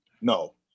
no